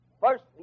first